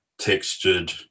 textured